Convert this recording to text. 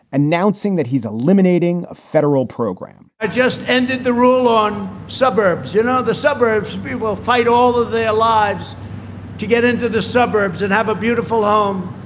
announcing that he's eliminating a federal program that just ended the rule on suburbs, you know, the suburbs we will fight all of their lives to get into the suburbs and have a beautiful ah home.